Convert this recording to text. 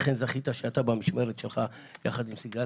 לכן זכית שבמשמרת שלך יחד עם סיגל